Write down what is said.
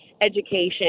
education